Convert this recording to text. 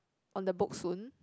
on the book soon